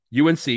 UNC